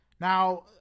Now